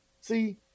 See